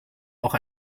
auch